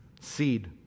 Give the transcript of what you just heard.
Seed